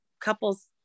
couples